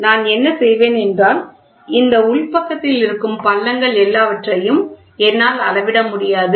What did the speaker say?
எனவே நான் என்ன செய்வேன் என்றால் இந்த உள் பக்கத்தில் இருக்கும் பள்ளங்கள் எல்லாவற்றையும் என்னால் அளவிட முடியாது